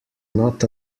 not